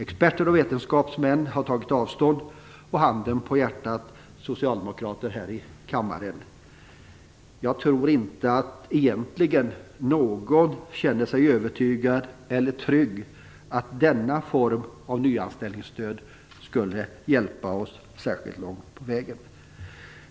Experter och vetenskapsmän har tagit avstånd, och - handen på hjärtat, socialdemokrater här i kammaren - jag tror inte att någon känner sig övertygad om att denna form av nyanställningsstöd skulle hjälpa oss särskilt långt på vägen.